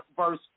verse